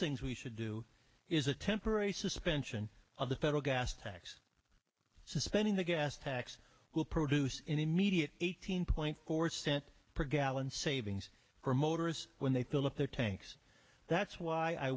things we should do is a temporary suspension of the federal gas tax suspending the gas tax will produce an immediate eighteen point four cent per gallon savings for motorists when they fill up their tanks that's why i